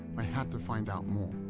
i had to find out more.